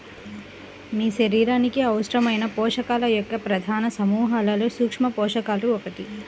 మీ శరీరానికి అవసరమైన పోషకాల యొక్క ప్రధాన సమూహాలలో సూక్ష్మపోషకాలు ఒకటి